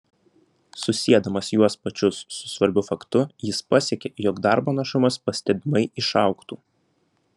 susiedamas juos pačius su svarbiu faktu jis pasiekė jog darbo našumas pastebimai išaugtų